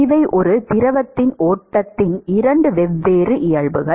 இவை ஒரு திரவத்தின் ஓட்டத்தின் இரண்டு வெவ்வேறு இயல்புகள்